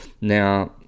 now